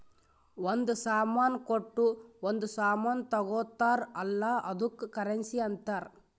ಒಂದ್ ಸಾಮಾನ್ ಕೊಟ್ಟು ಒಂದ್ ಸಾಮಾನ್ ತಗೊತ್ತಾರ್ ಅಲ್ಲ ಅದ್ದುಕ್ ಕರೆನ್ಸಿ ಅಂತಾರ್